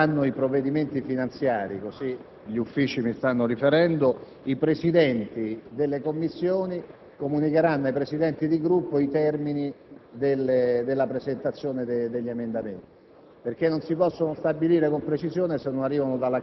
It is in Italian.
Appena arriveranno i provvedimenti finanziari - così gli Uffici mi stanno riferendo - i Presidenti delle Commissioni comunicheranno ai Presidenti dei Gruppi i termini per la presentazione degli emendamenti,